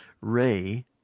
Ray